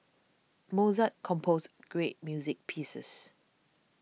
Mozart composed great music pieces